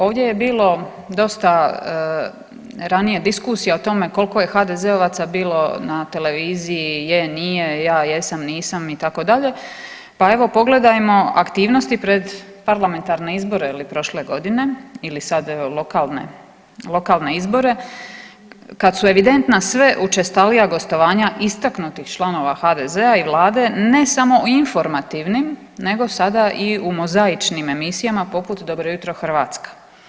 Ovdje je bilo dosta ranije diskusija o tome koliko je HDZ-ovaca bilo na televiziji je, nije, ja jesam, nisam itd., pa evo pogledajmo aktivnosti pred parlamentarne izbore ili prošle godine ili sad lokalne, lokalne izbore kad su evidentna sve učestalija gostovanja istaknutih članova HDZ-a i Vlade ne samo u informativnim nego sada i u mozaičnim emisijama poput Dobro jutro Hrvatska.